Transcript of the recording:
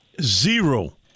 Zero